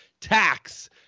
tax